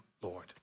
Lord